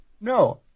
No